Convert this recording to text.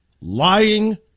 lying